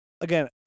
again